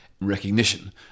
recognition